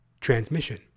transmission